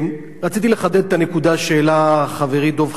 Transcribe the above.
רציתי לחדד את הנקודה שהעלה חברי דב חנין: